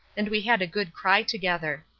and we had a good cry together.